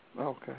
Okay